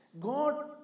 God